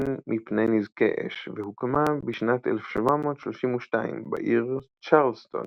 מפני נזקי אש והוקמה בשנת 1732 בעיר צ'ארלסטון